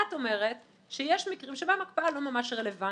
את אומרת שיש מקרים שבהם ההקפאה לא ממש רלבנטית,